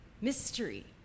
mystery